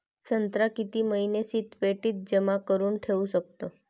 संत्रा किती महिने शीतपेटीत जमा करुन ठेऊ शकतो?